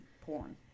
porn